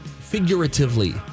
Figuratively